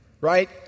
Right